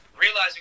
realizing